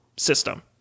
system